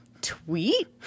tweet